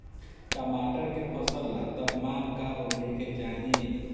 टमाटर के फसल ला तापमान का होखे के चाही?